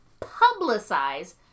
publicize